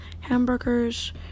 hamburgers